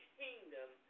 kingdom